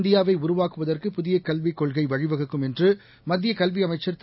இந்தியாவைஉருவாக்குவதற்கு புதிய புதியகல்விக் கொள்கைவழிவகுக்கும் என்றுமத்தியகல்வியமைச்சர் திரு